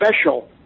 special